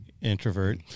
introvert